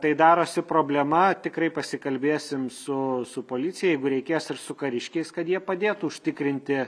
tai darosi problema tikrai pasikalbėsim su su policija jeigu reikės ir su kariškiais kad jie padėtų užtikrinti